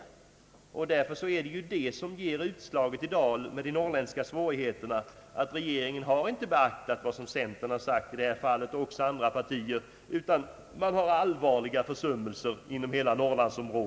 Norrlands bekymmer i dag är en följd av att regeringen inte har beaktat vad centern och andra partier har påpekat. Det har skett allvarliga försummelser i hela Norrland.